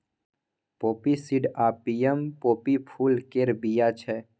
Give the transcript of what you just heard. poppy seed opium poppy फुल केर बीया छै